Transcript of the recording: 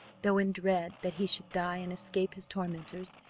though, in dread that he should die and escape his tormentors,